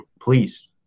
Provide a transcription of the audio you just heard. please